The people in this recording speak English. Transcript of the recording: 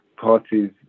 parties